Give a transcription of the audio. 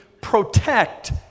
protect